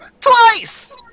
Twice